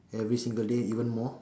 every single day even more